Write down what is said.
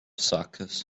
suckers